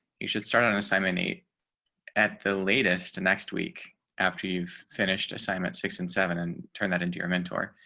you should start on an assignment eight at the latest, and next week after you've finished assignment, six and seven and turn that into your mentor.